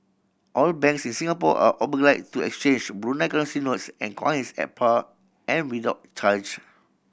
all banks in Singapore are oblige to exchange Brunei currency notes and coins at par and without charge